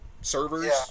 servers